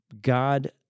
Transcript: God